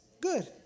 good